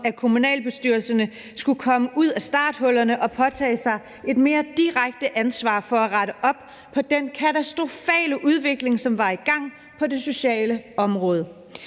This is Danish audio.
at kommunalbestyrelserne skulle komme ud af starthullerne og påtage sig et mere direkte ansvar for at rette op på den katastrofale udvikling, som var i gang på det sociale område.